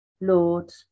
Lord